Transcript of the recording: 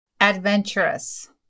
Adventurous